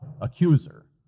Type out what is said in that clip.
accuser